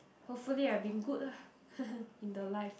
hopefully I've been good lah in the life